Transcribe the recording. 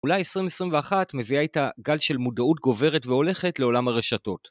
אולי 2021 מביאה איתה גל של מודעות גוברת והולכת לעולם הרשתות.